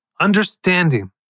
understanding